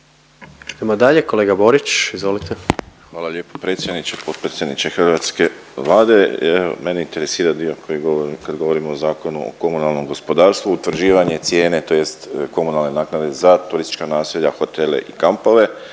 Idemo dalje, kolega Borić izvolite. **Borić, Josip (HDZ)** Hvala lijepo predsjedniče. Potpredsjedniče hrvatske Vlade, evo mene interesira dio koji govori, kad govorimo o Zakonu o komunalnom gospodarstvu, utvrđivanje cijene tj. komunalne naknade za turistička naselja, hotele i kampove